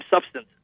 substance